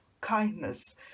kindness